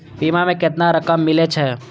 बीमा में केतना रकम मिले छै?